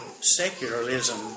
secularism